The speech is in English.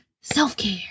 self-care